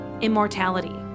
Immortality